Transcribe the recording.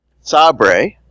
Sabre